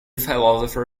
philosopher